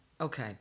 Okay